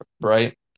right